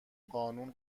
قانون